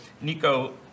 Nico